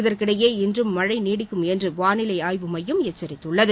இதற்கிடையே இன்றும் மழை நீடிக்கும் என்று வானிலை ஆய்வு மையம் எச்சரித்துள்ளது